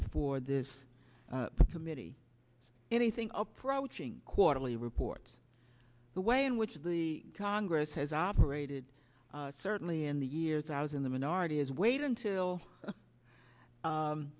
before this committee is anything approaching quarterly reports the way in which the congress has operated certainly in the years i was in the minority is wait until